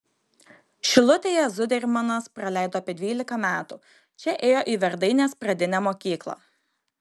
šilutėje zudermanas praleido apie dvylika metų čia ėjo į verdainės pradinę mokyklą